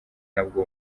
nabwo